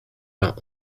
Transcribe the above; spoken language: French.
vingt